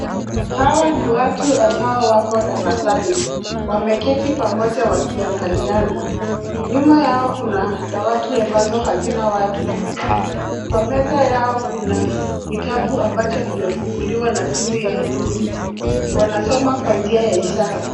Hawa ni watu ambao wako darasani. Wameketi pamoja wakiangaliana. Nyuma yao kuna dawati ambazo hazina watu. Kwa meza yao kuna kitabu ambacho kimefunguliwa na simu ya rununu. Wanasoma kwa njia ya ishara.